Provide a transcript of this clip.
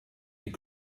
die